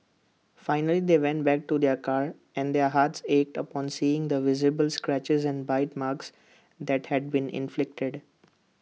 finally they went back to their car and their hearts ached upon seeing the visible scratches and bite marks that had been inflicted